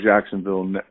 Jacksonville